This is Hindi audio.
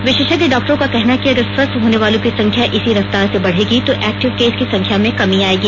विशेषज्ञ डॉक्टर्रो का कहना है कि अगर स्वस्थ होनेवालों की संख्या इसी रफ्तार से बढ़ेगी तो एक्टिव केस की संख्या में कमी आयेगी